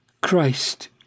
Christ